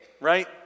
right